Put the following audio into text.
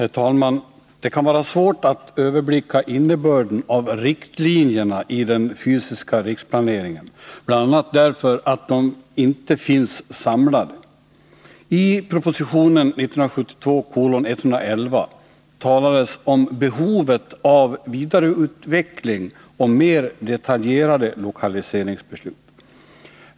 Herr talman! Det kan vara svårt att överblicka innebörden av riktlinjerna i den fysiska riksplaneringen, bl.a. därför att de inte finns samlade. I propositionen 1972:111 talades om behovet av vidareutveckling och mer detaljerade lokaliseringsbeslut.